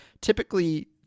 typically